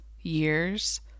years